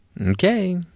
Okay